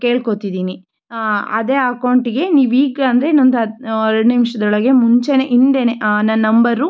ಕೇಳ್ಕೋತಿದ್ದೀನಿ ಅದೇ ಅಕೌಂಟಿಗೆ ನೀವು ಈಗ ಅಂದರೆ ಇನ್ನೊಂದು ಹತ್ತು ಎರಡು ನಿಮ್ಷದೊಳಗೆ ಮುಂಚೆನೇ ಹಿಂದೆನೆ ನನ್ನ ನಂಬರು